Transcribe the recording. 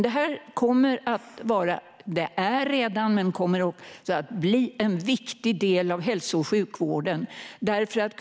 Detta kommer att bli en viktig del av hälso och sjukvården och är det redan.